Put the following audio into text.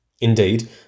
Indeed